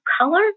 color